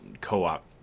co-op